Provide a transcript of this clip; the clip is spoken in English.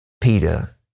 Peter